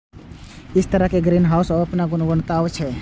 हर तरहक ग्रीनहाउस केर अपन गुण अवगुण होइ छै